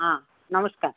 ହଁ ନମସ୍କାର